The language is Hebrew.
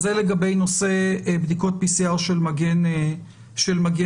זה לגבי נושא בדיקות PCR של מגן חינוך.